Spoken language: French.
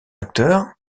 acteur